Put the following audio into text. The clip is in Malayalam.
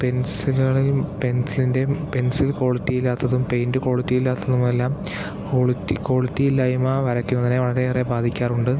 പെൻസിലുകളിൽ പെൻസിലിൻ്റെയും പെൻസിൽ ക്വാളിറ്റി ഇല്ലാത്തതും പെയിന്റ് ക്വാളിറ്റി ഇല്ലാത്തതും എല്ലാം ക്വാളിറ്റി ക്വാളിറ്റിയില്ലായ്മ വരക്കുന്നതിനെ വളരെ ഏറെ ബാധിക്കാറുണ്ട്